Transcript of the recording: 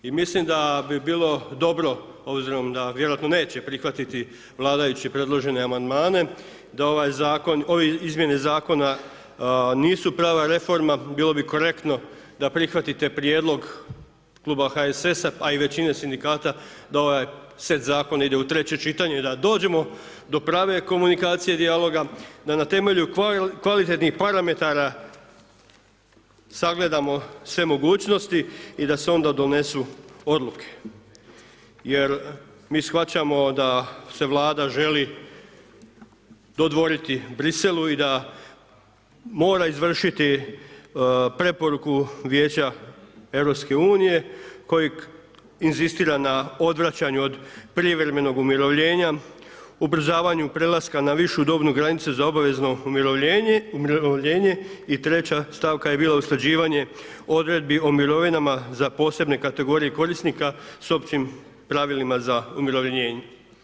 I mislim da bi bilo dobro obzirom da vjerojatno neće prihvatiti vladajući predložene amandmane, da ove izmjene zakona nisu prava reforma, bilo bi korektno da prihvatite prijedlog kluba HSS-a a i većine sindikata da ovaj set zakona ide u treće čitanje i da dođemo do prave komunikacije dijaloga, da na temelju kvalitetnih parametara sagledamo sve mogućnosti i da se onda donesu odluke jer mi shvaćamo da se Vlada želi dodvoriti Bruxellesu i da mora izvršiti preporuku Vijeća EU koji inzistira na odvraćanju od privremenog umirovljenja, ubrzavanju prelaska na višu dobnu granicu za obavezno umirovljenje i treća stavka je bila usklađivanje odredbi o mirovinama za posebne kategorije korisnika s općim pravilima za umirovljenje.